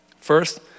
First